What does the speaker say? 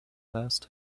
past